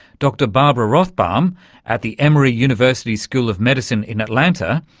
dr barbara rothbaum at the emory university school of medicine in atlanta,